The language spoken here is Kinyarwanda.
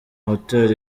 hotel